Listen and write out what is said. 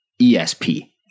ESP